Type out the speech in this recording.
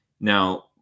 Now